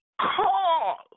call